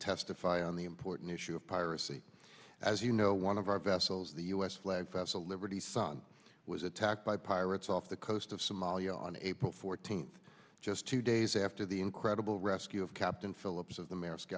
testify on the important issue of piracy as you know one of our vessels the u s flagged vessel liberty sun was attacked by pirates off the coast of somalia on april fourteenth just two days after the incredible rescue of captain phillips of the ma